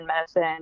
medicine